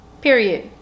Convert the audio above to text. period